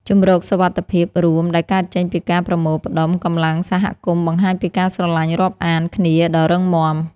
ជម្រកសុវត្ថិភាពរួមដែលកើតចេញពីការប្រមូលផ្តុំកម្លាំងសហគមន៍បង្ហាញពីការស្រឡាញ់រាប់អានគ្នាដ៏រឹងមាំ។